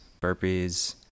burpees